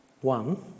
One